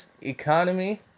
Economy